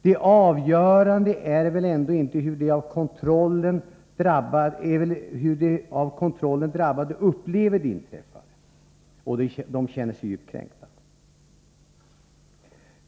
Det avgörande är väl ändå hur de av kontrollen drabbade upplever det inträffade. De känner sig djupt kränkta.